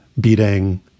beating